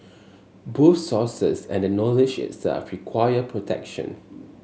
both sources and the knowledge itself require protection